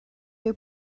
new